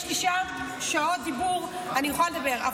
יש לי שם שעות דיבור, ואני יכולה לדבר.